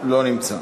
אינו נוכח.